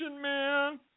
man